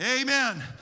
Amen